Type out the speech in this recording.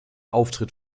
auftritt